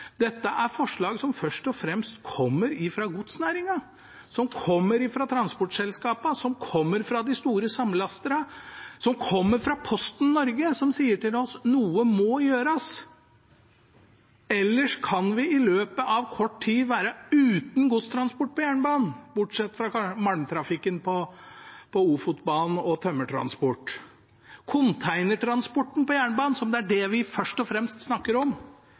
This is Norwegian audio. Dette er forslag som først og fremst kommer fra godsnæringen, som kommer fra transportselskapene, som kommer fra de store samlasterne, som kommer fra Posten Norge, som sier til oss at noe må gjøres, ellers kan vi i løpet av kort tid være uten godstransport på jernbanen, bortsatt fra malmtrafikken på Ofotbanen og tømmertransport. Containertransporten på jernbanen, som er det vi først og fremst snakker om,